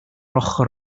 ochr